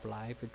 life